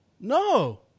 No